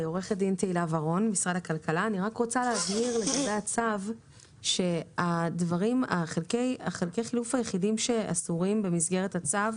אני רק רוצה להבהיר לגבי הצו שחלקי החילוף היחידים שאסורים במסגרת הצו